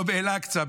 לא באל-אקצא,